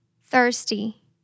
Thirsty